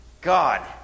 God